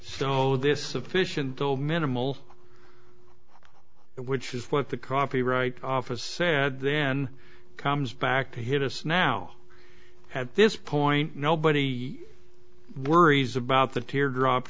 all this sufficient all minimal which is what the copyright office said then comes back to hit us now have this point nobody worries about the teardrop